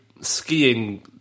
skiing